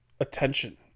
attention